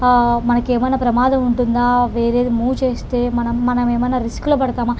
మనకేమన్నా ప్రమాదం ఉంటుందా వేరేది మూవ్ చేస్తే మనం మనమేమన్న రిస్క్లో పడతామా